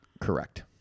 Correct